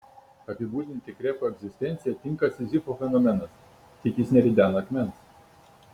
apibūdinti krepo egzistenciją tinka sizifo fenomenas tik jis neridena akmens